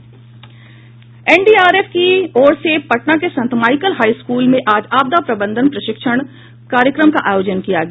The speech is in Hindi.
एन डी आर एफ की ओर से पटना के संत माइकल हाई स्कूल में आज आपदा प्रबंधन प्रशिक्षण कार्यक्रम का आयोजन किया गया